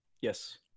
Yes